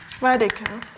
radical